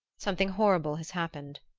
something horrible has happened.